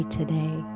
today